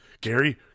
Gary